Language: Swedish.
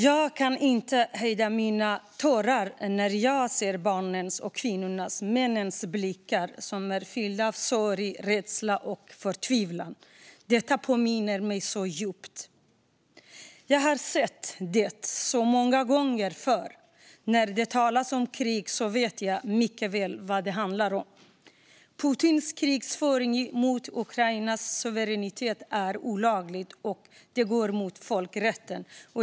Jag kan inte hejda mina trådar när jag ser barnens, kvinnornas och männens blickar som är fyllda av sorg, rädsla och förtvivlan. Det väcker starka minnen. Jag har sett det många gånger förr. När det talas om krig vet jag mycket väl vad det handlar om. Putins krigsförklaring mot Ukrainas suveränitet är olaglig och går emot folkrätten.